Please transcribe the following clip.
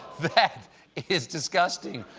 that that is disgusting.